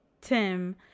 Tim